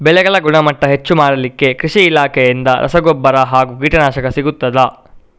ಬೆಳೆಗಳ ಗುಣಮಟ್ಟ ಹೆಚ್ಚು ಮಾಡಲಿಕ್ಕೆ ಕೃಷಿ ಇಲಾಖೆಯಿಂದ ರಸಗೊಬ್ಬರ ಹಾಗೂ ಕೀಟನಾಶಕ ಸಿಗುತ್ತದಾ?